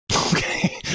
okay